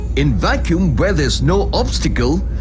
in vacuum, where there's no obstacle.